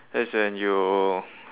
that's when you